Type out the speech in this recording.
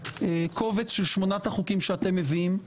בקובץ של שמונת החוקים שאתם מביאים,